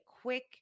quick